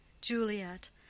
Juliet